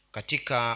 Katika